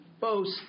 boast